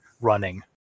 running